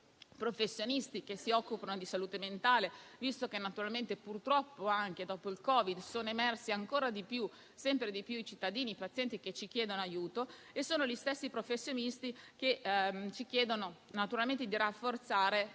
professionisti che si occupano di salute mentale visto che purtroppo, dopo il Covid, sono sempre di più i cittadini e i pazienti che ci chiedono aiuto. Sono gli stessi professionisti che ci chiedono di rafforzare le